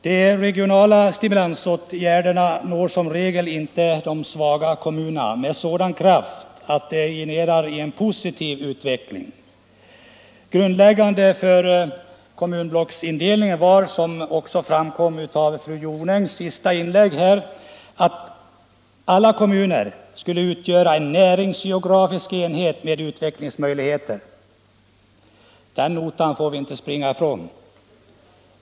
De regionala stimulansåtgärderna når som regel inte de svaga kommunerna med sådan kraft att de genererar en positiv utveckling. Grundläggande för kommunblocksindelningen var, vilket också framkom av fru Jonängs senaste inlägg, att alla kommuner skulle utgöra en näringsgeografisk enhet med utvecklingsmöjligheter. Den notan får vi inte springa ifrån.